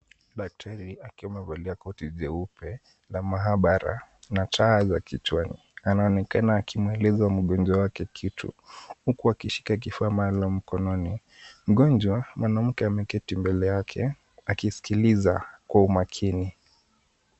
Daktari akiwa amevalia koti jeupe la maabara na taa za kichwani. Anaonekana akimweleza mgonjwa wake kitu huku akishika kifaa maalum mkononi. Mgonjwa mwanamke ameketi mbele yake akisikiliza kwa umakini.